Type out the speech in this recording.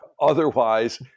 Otherwise